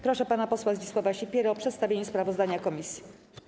Proszę pana posła Zdzisława Sipierę o przedstawienie sprawozdania komisji.